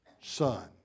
son